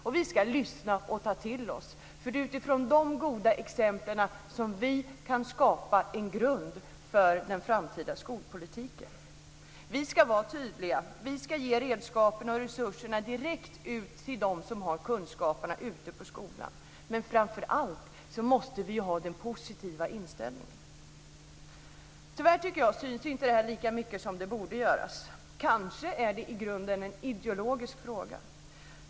Och vi ska lyssna och ta till oss. Det är nämligen utifrån dessa goda exempel som vi kan skapa en grund för den framtida skolpolitiken. Vi ska vara tydliga. Vi ska ge redskapen och resurserna direkt ut till dem som har kunskaperna ute på skolan. Men framför allt måste vi ju ha den positiva inställningen. Tyvärr tycker jag att detta inte syns lika mycket som det borde göra. Kanske är det i grunden en ideologisk fråga.